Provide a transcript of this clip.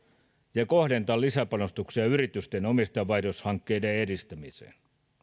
ja kohdentaa lisäpanostuksia yritysten omistajanvaihdoshankkeiden edistämiseen